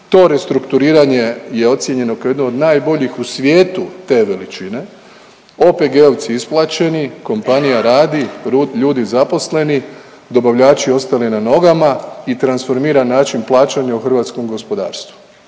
to restrukturiranje je ocijenjeno kao jedno od najboljih u svijetu te veličine, OPG-ovci isplaćeni, kompanija radi, ljudi zaposleni, dobavljači ostali na nogama i transformiran način plaćanja u hrvatskom gospodarstvu.